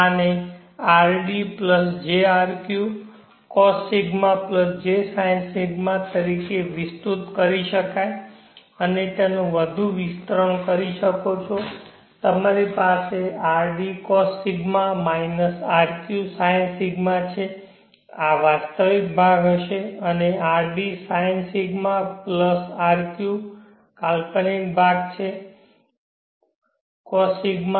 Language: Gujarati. આનેrd jrq Cos𝜌 j Sin𝜌 તરીકે વિસ્તૃત કરી શકાય છે અને તેનો વધુ વિસ્તરણ કરી શકો છો તમારી પાસે rdCos𝜌 - rq Sin𝜌 છે આ વાસ્તવિક ભાગ હશે અને rd Sin𝜌 rq કાલ્પનિક ભાગ છે Cos𝜌